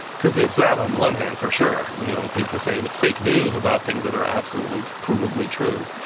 cause it's that on one hand, for sure. you know, people say the fake news about things that are absolutely provably true.